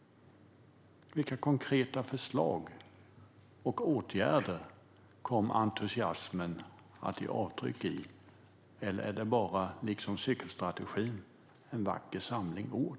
Vilka konkreta förslag och åtgärder kommer entusiasmen att ge avtryck i? Eller är det bara, liksom cykelstrategin, en vacker samling ord?